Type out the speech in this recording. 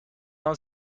فوق